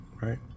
Right